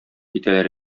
китәләр